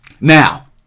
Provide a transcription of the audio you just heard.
Now